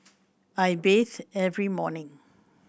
I bathe every morning